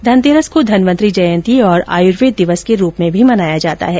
धन तेरस को धन्वंतरि जयंती और आयुर्वेद दिवस के रूप में भी मनाया जाता है